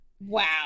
Wow